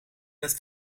met